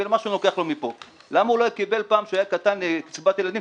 אולי פעם הוא קיבל כשהוא היה קטן קצבת ילדים,